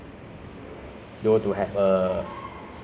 they usually will bully all those err